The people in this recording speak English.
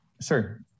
Sir